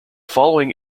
following